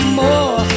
more